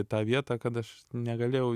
į tą vietą kad aš negalėjau